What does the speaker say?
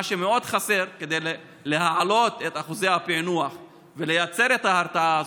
מה שמאוד חסר כדי להעלות את אחוזי הפענוח ולייצר את ההרתעה הזאת,